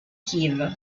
kiev